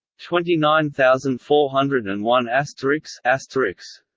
twenty nine thousand four hundred and one asterix asterix